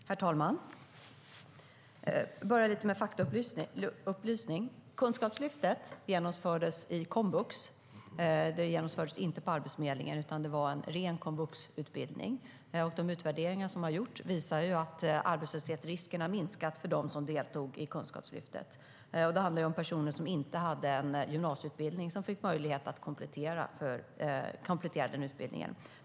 Herr talman! Jag börjar med några faktaupplysningar. Kunskapslyftet genomfördes i komvux. Det genomfördes inte på Arbetsförmedlingen, utan det var en ren komvuxutbildning. De utvärderingar som har gjorts visar att arbetslöshetsrisken har minskat för dem som deltog i Kunskapslyftet. Det handlar om personer som inte hade en gymnasieutbildning som fick möjlighet att komplettera med den utbildningen.